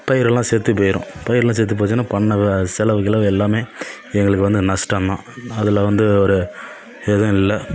பயிரெலாம் செத்து போயிடும் பயிரெலாம் செத்து போச்சின்னால் பண்ணவே செலவு கிலவு எல்லாமே எங்களுக்கு வந்து நஷ்டம் தான் அதில் வந்து ஒரு எதுவும் இல்லை